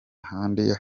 handi